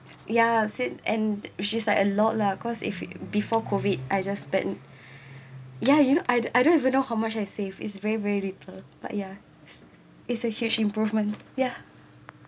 ya since and which is like a lot lah cause if you before COVID I just spend ya you know I I don't even know how much I saved it's very very little but yeah it's a huge improvement ya